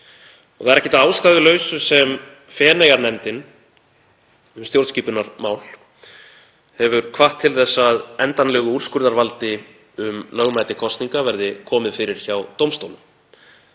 Það er ekki að ástæðulausu sem Feneyjanefndin um stjórnskipunarmál hefur hvatt til þess að endanlegu úrskurðarvaldi um lögmæti kosninga verði komið fyrir hjá dómstólum.